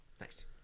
Nice